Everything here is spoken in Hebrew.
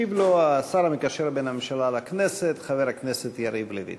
ישיב לו השר המקשר בין הממשלה לכנסת חבר הכנסת יריב לוין.